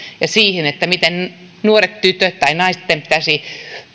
ja siihen miten nuorten tyttöjen tai naisten pitäisi